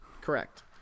Correct